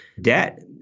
debt